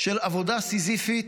של עבודה סיזיפית